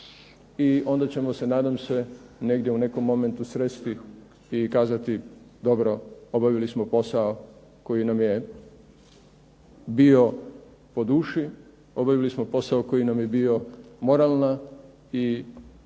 i onda ćemo se nadam se negdje u nekom momentu sresti i kazati dobro obavili smo posao koji nam je bio po duši, obavili smo posao koji nam je bio moralna i